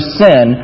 sin